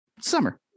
summer